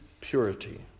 purity